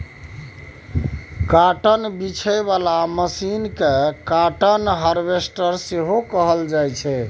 cotton बीछय बला machine केँ काँटन हार्वेस्टर सेहो कहल जाइ छै